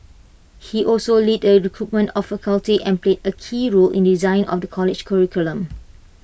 he also led the recruitment of faculty and played A key role in the design of the college's curriculum